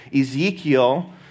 Ezekiel